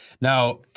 Now